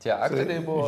tie aktoriai buvo